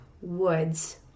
woods